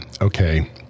okay